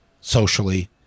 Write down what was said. socially